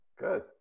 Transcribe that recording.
Good